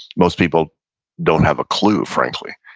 most people don't have a clue frankly,